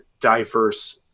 diverse